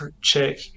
check